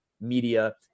media